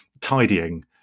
tidying